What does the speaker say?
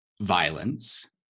violence